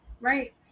right